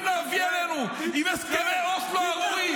להביא עלינו עם הסכמי אוסלו הארורים.